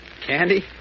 Candy